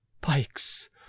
pikes